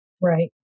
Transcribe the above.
Right